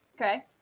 Okay